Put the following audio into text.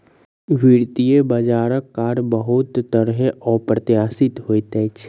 वित्तीय बजारक कार्य बहुत तरहेँ अप्रत्याशित होइत अछि